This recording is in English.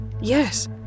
Yes